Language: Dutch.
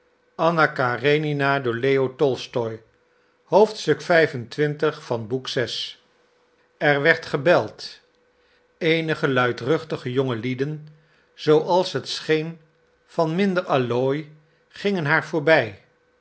er werd gebeld eenige luidruchtige jongelieden zooals het scheen van minder allooi gingen haar voorbij